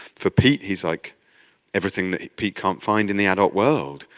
for pete, he's like everything that pete can't find in the adult world,